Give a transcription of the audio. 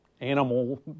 animal